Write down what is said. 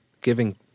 Giving